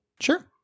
Sure